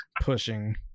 pushing